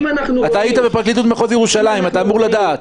אתה היית בפרקליטות מחוז ירושלים, אתה אמור לדעת.